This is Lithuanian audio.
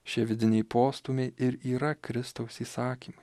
šie vidiniai postūmiai ir yra kristaus įsakymai